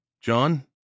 John